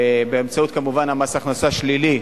מובן שבאמצעות מס הכנסה שלילי.